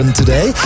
today